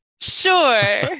Sure